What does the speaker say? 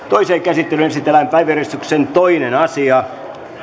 toiseen käsittelyyn esitellään päiväjärjestyksen toinen asia